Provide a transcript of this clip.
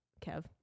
Kev